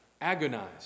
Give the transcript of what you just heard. Agonize